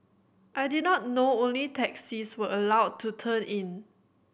I did not know only taxis were allowed to turn in